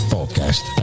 Podcast